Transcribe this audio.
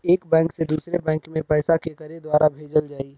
एक बैंक से दूसरे बैंक मे पैसा केकरे द्वारा भेजल जाई?